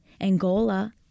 Angola